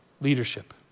leadership